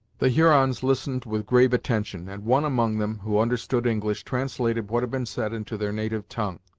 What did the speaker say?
the hurons listened with grave attention, and one among them, who understood english, translated what had been said into their native tongue.